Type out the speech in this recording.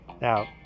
Now